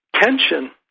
tension